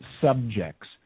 subjects